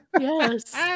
Yes